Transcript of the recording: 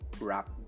wrap